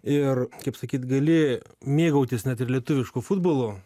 ir kaip sakyt gali mėgautis net ir lietuvišku futbolu